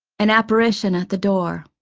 an apparition at the door